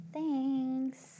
Thanks